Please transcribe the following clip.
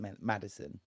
Madison